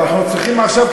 אבל אנחנו צריכים עכשיו,